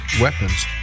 weapons